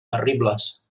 terribles